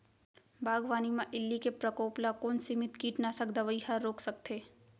बागवानी म इल्ली के प्रकोप ल कोन सीमित कीटनाशक दवई ह रोक सकथे?